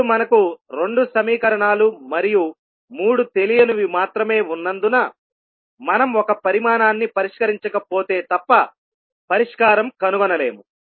ఇప్పుడు మనకు 2 సమీకరణాలు మరియు 3 తెలియనివి మాత్రమే ఉన్నందున మనం ఒక పరిమాణాన్ని పరిష్కరించకపోతే తప్ప పరిష్కారం కనుగొనలేము